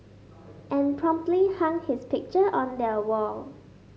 and promptly hung his picture on their wall